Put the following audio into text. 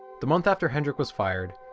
the month after hendrik was fired,